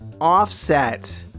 offset